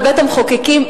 בבית-המחוקקים,